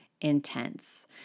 intense